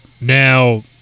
now